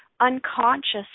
unconscious